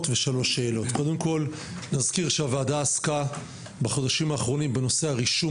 קודם כל נזכיר שהוועדה עסקה בחודשים האחרונים בנושא של הרישום